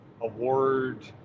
award